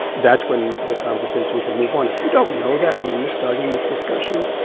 that's when the conversation can move on. if you don't know that when you're starting this discussion,